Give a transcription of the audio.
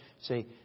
say